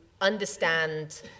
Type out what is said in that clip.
understand